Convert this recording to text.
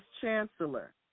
chancellor